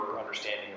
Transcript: understanding